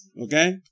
Okay